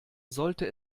sollte